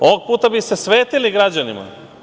Ovog puta bi se svetili građanima.